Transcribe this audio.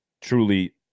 truly